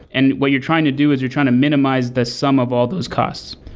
and what you're trying to do is you're trying to minimize the sum of all those costs.